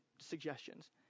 suggestions